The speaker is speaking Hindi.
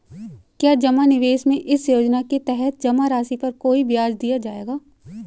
क्या जमा निवेश में इस योजना के तहत जमा राशि पर कोई ब्याज दिया जाएगा?